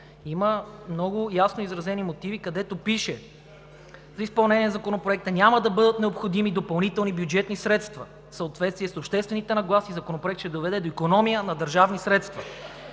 има много ясно изразени мотиви, където пише: „За изпълнение на Законопроекта няма да бъдат необходими допълнителни бюджетни средства. В съответствие с обществените нагласи Законопроектът ще доведе до икономия на държавни средства.“